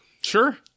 Sure